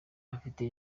afite